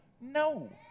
No